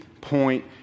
point